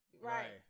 Right